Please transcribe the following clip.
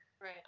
right